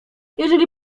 jeżeli